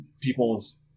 people's